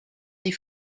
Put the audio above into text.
die